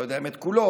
לא יודע אם את כולו